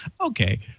okay